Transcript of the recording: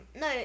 no